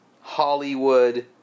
Hollywood